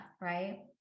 right